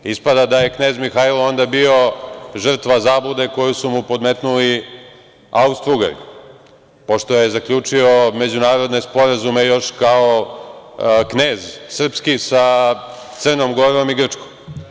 Ispada je knez Mihajlo onda bio žrtva zablude koju su mu podmetnuli Austrougari pošto je zaključio međunarodne sporazume još kao knez srpski sa Crnom Gorom i Grčkom.